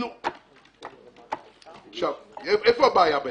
איפה הבעיה.